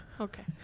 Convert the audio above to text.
Okay